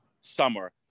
summer